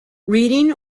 reading